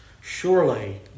Surely